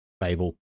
Fable